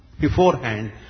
beforehand